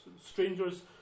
strangers